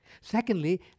Secondly